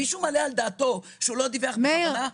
מישהו מעלה על דעתו שהוא לא דיווח בכוונה?